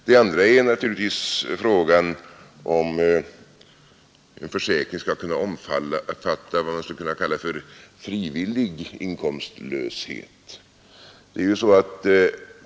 Det andra är naturligtvis frågan om hur en försäkring skall kunna omfatta vad som skulle kunna kallas frivillig inkomstlöshet.